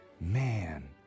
Man